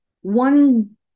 one